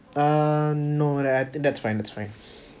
uh no I think that's fine that's fine